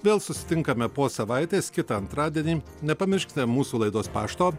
vėl susitinkame po savaitės kitą antradienį nepamirškite mūsų laidos pašto